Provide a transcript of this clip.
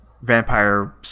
vampire